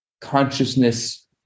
consciousness